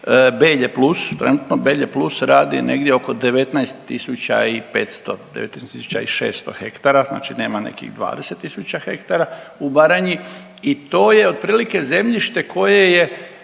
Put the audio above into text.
Belje plus radi negdje oko 19500, 19600 ha. Znači nema nekih 20 000 ha u Baranji i to je otprilike zemljište koje je